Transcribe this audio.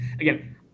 again